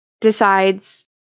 decides